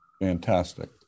Fantastic